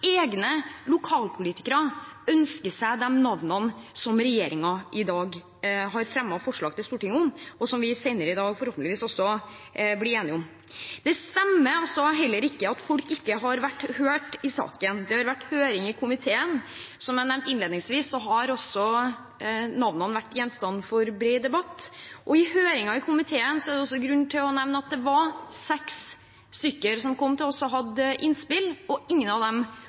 egne lokalpolitikere ønsker seg de navnene som regjeringen i dag har fremmet forslag til Stortinget om, og som vi senere i dag forhåpentligvis også blir enige om. Det stemmer heller ikke at folk ikke har vært hørt i saken. Det har vært høring i komiteen, og som jeg nevnte innledningsvis, har også navnene vært gjenstand for bred debatt. Fra høringen i komiteen er det også grunn til å nevne at det var seks stykker som kom til oss og hadde innspill. Ingen av dem